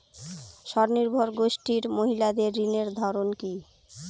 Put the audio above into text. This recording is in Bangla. স্বনির্ভর গোষ্ঠীর মহিলাদের ঋণের ধরন কি?